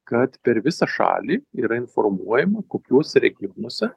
kad per visą šalį yra informuojama kokiuose regionuose